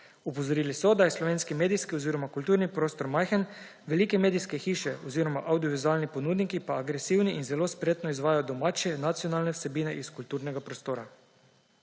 Opozorili so, da je slovenski medijski oziroma kulturni prostor majhen, velike medijske hiše oziroma avdiovizualni ponudniki pa agresivni in zelo spretno izrivajo domače nacionalne vsebine iz kulturnega prostora.